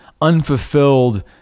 unfulfilled